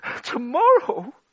Tomorrow